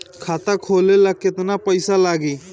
खाता खोले ला केतना पइसा लागी?